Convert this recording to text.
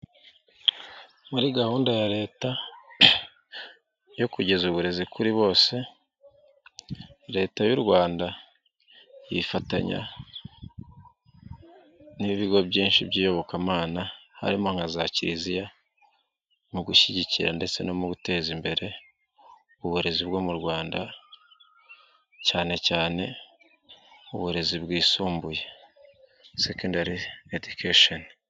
Muri gahunda ya leta yo kugeza uburezi kuri bose, Leta y'u Rwanda yifatanya n'ibigo byinshi by'iyobokamana harimo nka za kiliziya, mu gushyigikira ndetse no mu guteza imbere uburezi bwo mu Rwanda, cyane cyane uburezi bwisumbuye sekendari edikesheni.